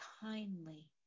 kindly